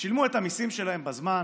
שילמו את המיסים שלהם בזמן,